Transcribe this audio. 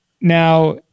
Now